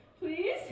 please